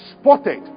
Spotted